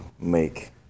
make